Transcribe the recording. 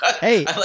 Hey